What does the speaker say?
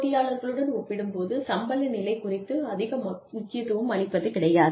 போட்டியாளர்களுடன் ஒப்பிடும்போது சம்பள நிலை குறித்துக் அதிக முக்கியத்துவம் அளிப்பது கிடையாது